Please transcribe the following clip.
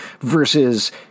versus